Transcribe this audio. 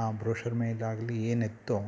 ಆ ಬ್ರೋಷರ್ ಮೇಲಾಗಲಿ ಏನಿತ್ತೋ